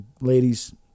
ladies